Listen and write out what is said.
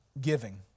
giving